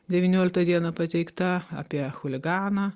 devynioliktą dieną pateikta apie chuliganą